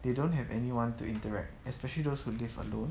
they don't have anyone to interact especially those who live alone